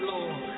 Lord